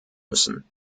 müssen